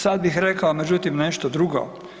Sad bih rekao međutim, nešto drugo.